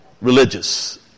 religious